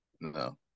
No